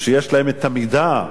שיש להם את המידע הדרוש